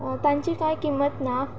तांची कांय किंमत ना